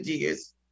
years